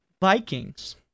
Vikings